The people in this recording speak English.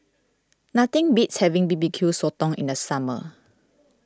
nothing beats having B B Q Sotong in the summer